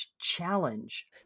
challenge